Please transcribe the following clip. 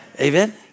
Amen